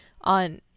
on